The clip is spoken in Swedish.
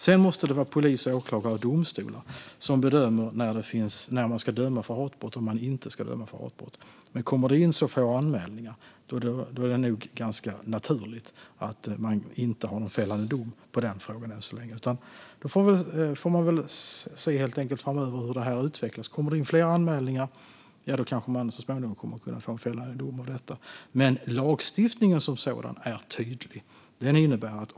Det måste vara polis, åklagare och domstolar som bedömer när det ska dömas för hatbrott eller inte. Men om det kommer in så få anmälningar är det nog ganska naturligt att det än så länge inte finns en fällande dom i den frågan. Man får helt enkelt se hur det utvecklas framöver. Om det kommer in fler anmälningar kommer man kanske så småningom att kunna få en fällande dom. Lagstiftningen som sådan är dock tydlig.